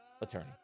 attorney